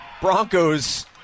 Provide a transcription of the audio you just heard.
Broncos